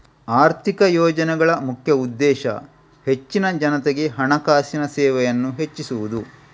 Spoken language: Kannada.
ಆರ್ಥಿಕ ಯೋಜನೆಗಳ ಮುಖ್ಯ ಉದ್ದೇಶ ಹೆಚ್ಚಿನ ಜನತೆಗೆ ಹಣಕಾಸಿನ ಸೇವೆಯನ್ನ ಹೆಚ್ಚಿಸುದು